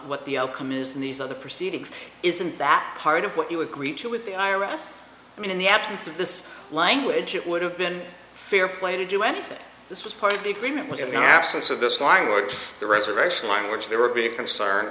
what the outcome is in these other proceedings isn't that part of what you agreed to with the i r s i mean in the absence of this language it would have been fair play to do anything this was part of the agreement with the maps and so this language the resurrection language there would be a concern